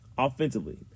Offensively